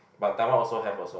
but Taiwan also have also